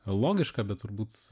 logišką bet turbūt